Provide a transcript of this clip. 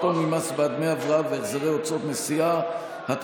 איום מיידי (הוראה שעה),